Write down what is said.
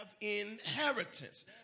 inheritance